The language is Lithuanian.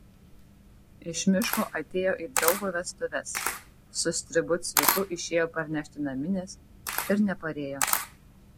iš miško atėjo į draugo vestuves su stribu cviku išėjo parnešti naminės ir neparėjo